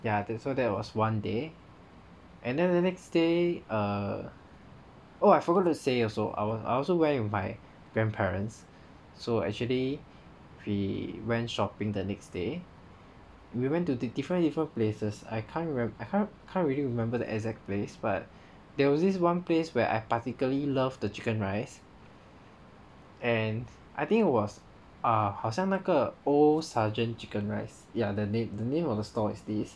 ya then so that was one day and then the next day err oh I forgot to say also I was I also went with my grandparents so actually we went shopping the next day we went to the different different places I can't I can't really remember the exact place but there was this one place where I particularly love the chicken rice and I think it was ah 好像那个 old sergeant chicken rice ya the name the name of the stall is this